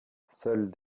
seuls